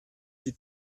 die